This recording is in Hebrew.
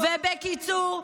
ובקיצור,